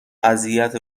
اذیت